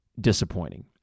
disappointing